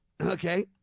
Okay